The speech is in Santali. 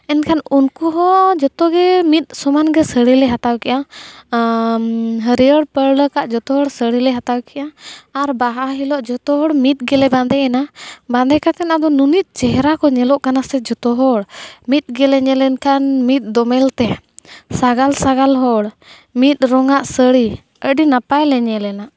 ᱮᱱᱠᱷᱟᱱ ᱩᱱᱠᱩ ᱦᱚᱸ ᱡᱷᱚᱛᱚ ᱜᱮ ᱢᱤᱫ ᱥᱚᱢᱟᱱ ᱜᱮ ᱥᱟᱹᱲᱤ ᱞᱮ ᱦᱟᱛᱟᱣ ᱠᱮᱫᱼᱟ ᱟᱢ ᱦᱟᱹᱨᱭᱟᱹᱲ ᱯᱟᱹᱲᱞᱟᱹᱠᱟᱜ ᱡᱷᱚᱛᱚ ᱦᱚᱲ ᱥᱟᱹᱲᱤ ᱞᱮ ᱦᱟᱛᱟᱣ ᱠᱮᱫᱼᱟ ᱟᱨ ᱵᱟᱦᱟ ᱦᱤᱞᱳᱜ ᱡᱷᱚᱛᱚ ᱦᱚᱲ ᱢᱤᱫ ᱜᱮᱞᱮ ᱵᱟᱸᱫᱮᱭᱮᱱᱟ ᱵᱟᱸᱫᱮ ᱠᱟᱛᱮᱫ ᱟᱫᱚ ᱱᱩᱱᱟᱹᱜ ᱪᱮᱨᱦᱟ ᱠᱚ ᱧᱮᱞᱚᱜ ᱠᱟᱱᱟ ᱥᱮ ᱡᱷᱚᱛᱚ ᱦᱚᱲ ᱢᱤᱫ ᱜᱮᱞᱮ ᱧᱮᱞᱮᱱ ᱠᱷᱟᱱ ᱢᱤᱫ ᱫᱚᱢᱮᱞ ᱛᱮ ᱥᱟᱜᱟᱞ ᱥᱟᱜᱟᱞ ᱦᱚᱲ ᱢᱤᱫ ᱨᱚᱝᱟᱜ ᱥᱟᱹᱲᱤ ᱟᱹᱰᱤ ᱱᱟᱯᱟᱭ ᱞᱮ ᱧᱮᱞᱮᱱᱟ